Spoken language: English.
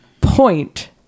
point